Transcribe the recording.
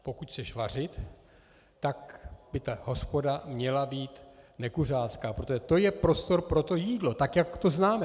Pokud chceš vařit, tak by ta hospoda měla být nekuřácká, protože to je prostor pro to jídlo, jak to známe.